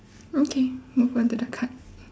okay move on to the card